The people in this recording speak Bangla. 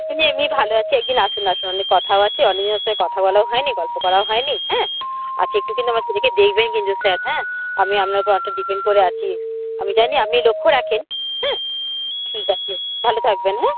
আমি এমনি ভালো আছি একদিন আসুন আসুন অনেক কথাও আছে অনেকদিন আপনার সঙ্গে কথা বলাও হয় নি গল্প করাও হয় নি হ্যাঁ আচ্ছা একটু কিন্তু আমার ছেলেকে দেখবেন কিন্তু স্যার হ্যাঁ আমি আপনার উপর অনেকটা ডিপেন্ড করে আছি আমি জানি আপনি লক্ষ্য রাখেন হ্যাঁ ঠিক আছে ভালো থাকবেন হ্যাঁ